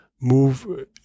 move